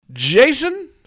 Jason